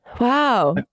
wow